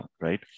right